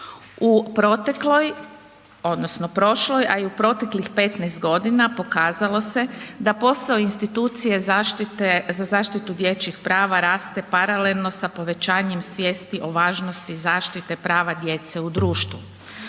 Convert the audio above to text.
U protekloj, odnosno prošloj a i u proteklih 15 godina pokazalo se da posao institucije za zaštitu dječjih prava raste paralelno sa povećanjem svijesti o važnosti zaštite prava djece u društvu.